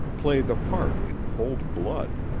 play the part in cold blood.